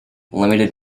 limited